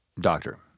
doctor